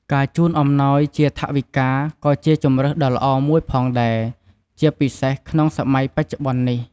ការជូនអំណោយជា ថវិកា ក៏ជាជម្រើសដ៏ល្អមួយផងដែរ ជាពិសេសក្នុងសម័យបច្ចុប្បន្ននេះ។